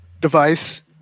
device